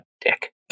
dick